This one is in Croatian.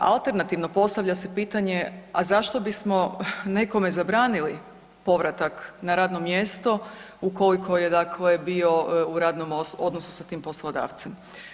Alternativno postavlja se pitanje, a zašto bismo nekome zabranili povratak na radno mjesto ukoliko je dakle bio u radnom odnosu sa tim poslodavcem?